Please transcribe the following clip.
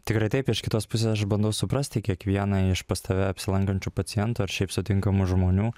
tikrai taip iš kitos pusės aš bandau suprasti kiekvieną iš pas tave apsilankančių pacientų ar šiaip sutinkamų žmonių